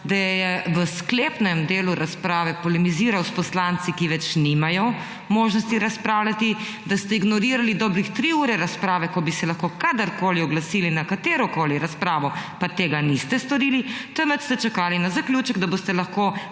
da je v sklepnem delu razprave polemiziral s poslanci, ki več nimajo možnosti razpravljati, da ste ignorirali dobrih tri ure razprave, ko bi se lahko kadarkoli oglasili na katerokoli razpravo, pa tega niste storili, temveč ste čakali na zaključek, da boste lahko